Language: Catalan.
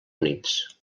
units